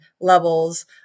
levels